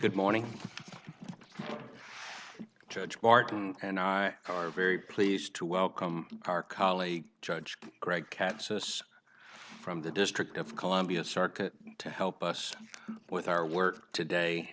good morning judge wharton and i are very pleased to welcome our colleague judge greg capsis from the district of columbia circuit to help us with our work today